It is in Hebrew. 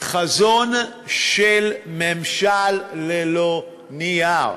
חזון של ממשל ללא נייר.